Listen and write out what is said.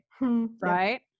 right